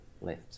left